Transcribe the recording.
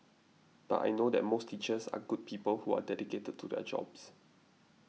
but I know that most teachers are good people who are dedicated to their jobs